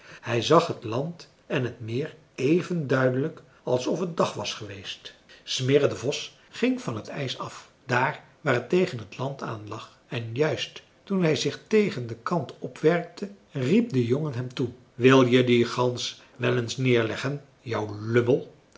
hij zag t land en het meer even duidelijk alsof het dag was geweest smirre de vos ging van t ijs af daar waar het tegen t land aan lag en juist toen hij zich tegen den kant opwerkte riep de jongen hem toe wil je die gans wel eens neerleggen jou lummel